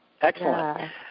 Excellent